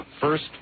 First